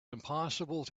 impossible